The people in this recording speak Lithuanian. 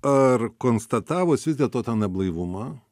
ar konstatavus vis dėlto tą neblaivumą